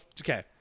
okay